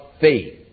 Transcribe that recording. faith